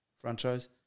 franchise